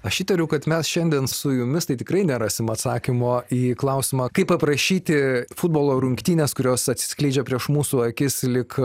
aš įtariu kad mes šiandien su jumis tai tikrai nerasim atsakymo į klausimą kaip aprašyti futbolo rungtynes kurios atsiskleidžia prieš mūsų akis lyg